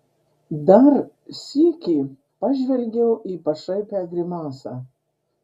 dar sykį pažvelgiau į pašaipią grimasą